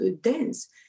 dance